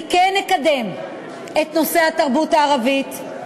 אני כן אקדם את נושא התרבות הערבית,